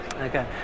Okay